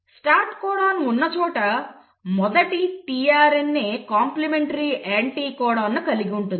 start codon ఉన్న చోట మొదటి tRNA కాంప్లిమెంటరీ యాంటీకోడాన్ను కలిగి ఉంటుంది